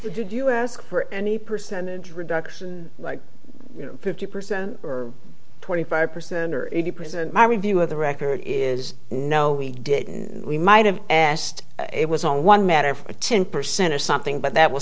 did you ask for any percentage reduction like fifty percent or twenty five percent or eighty percent my review of the record is no we didn't we might have asked it was on one matter for a ten percent or something but that was